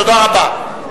תודה רבה.